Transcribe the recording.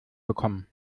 bekommen